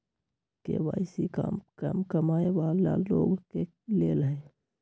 KYC का कम कमाये वाला लोग के लेल है?